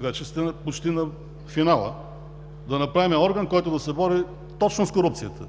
вече сте почти на финала, да направим орган, който да се бори точно с корупцията.